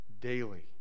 daily